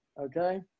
okay